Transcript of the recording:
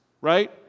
right